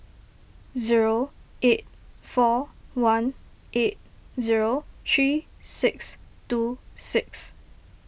zero eight four one eight zero three six two six